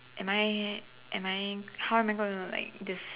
am I am I how am I going to like this